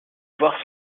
voir